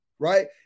right